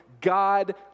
god